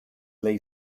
lay